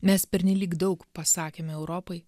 mes pernelyg daug pasakėme europai